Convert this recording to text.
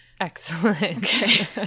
Excellent